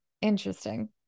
Interesting